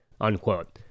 unquote